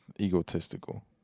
egotistical